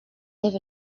live